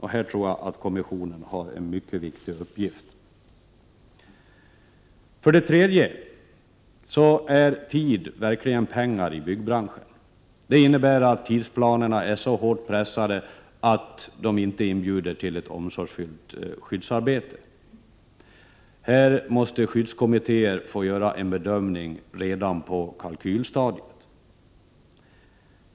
Här tror jag att kommissionen har en mycket viktig uppgift. För det tredje är tid verkligen pengar i byggbranschen. Det innebär att tidsplanerna är så hårt pressade att de inte inbjuder till ett omsorgsfullt skyddsarbete. Här måste skyddskommittéer få göra en bedömning redan på kalkylstadiet.